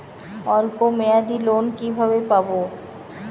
অল্প মেয়াদি লোন কিভাবে পাব?